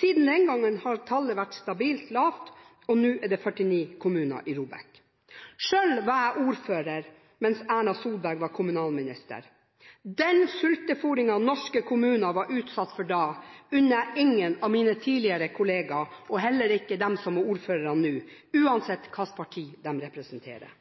Siden den gang har tallet vært stabilt lavt, og nå er det 49 kommuner i ROBEK. Selv var jeg ordfører mens Erna Solberg var kommunalminister. Den sultefôringen norske kommuner var utsatt for da, unner jeg ingen av mine tidligere kollegaer, og heller ikke de som er ordførere nå, uansett hvilket parti de representerer.